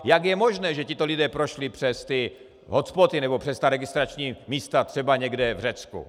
Jak je možné, že tito lidé prošli přes ty hotspoty nebo přes registrační místa, třeba někde v Řecku?